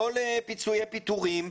לא לפיצויי פיטורים,